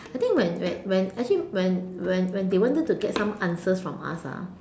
I think when when when actually when when when they wanted to get some answers from us ah